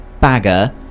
Bagger